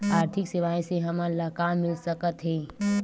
आर्थिक सेवाएं से हमन ला का मिल सकत हे?